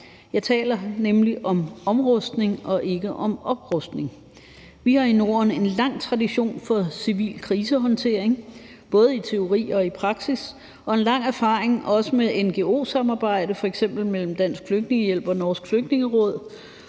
jeg taler nemlig om omrustning og ikke om oprustning. Vi har i Norden en lang tradition for civil krisehåndtering, både i teori og praksis, og en lang erfaring også med ngo-samarbejde, f.eks. mellem Dansk Flygtningehjælp og Norsk Flygtningeråd,